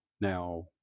Now